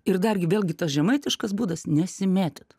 ir dargi vėlgi tas žemaitiškas būdas nesimėtyt